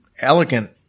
elegant